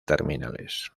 terminales